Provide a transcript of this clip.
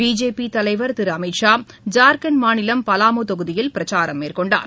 பிஜேபிதலைவர் திருஅமித் ஷா ஜார்கண்ட் மாநிலம் பாலமு தொகுதியில் பிரச்சாரம் மேற்கொண்டார்